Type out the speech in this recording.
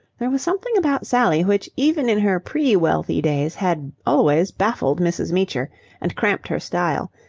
there was something about sally which even in her pre-wealthy days had always baffled mrs. meecher and cramped her style,